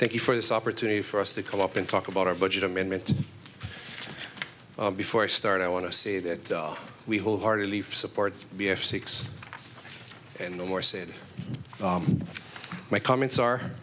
thank you for this opportunity for us to come up and talk about our budget amendment before i start i want to say that we wholeheartedly support b f six and the more said my comments are